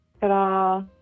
Ta-da